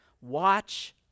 watch